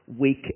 weak